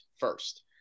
first